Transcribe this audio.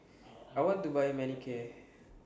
I want to Buy Manicare